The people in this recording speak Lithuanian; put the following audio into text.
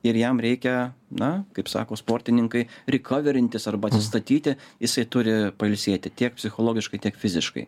ir jam reikia na kaip sako sportininkai rikoverintis arba atsistatyti jisai turi pailsėti tiek psichologiškai tiek fiziškai